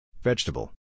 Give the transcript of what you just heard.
Vegetable